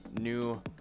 new